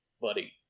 buddy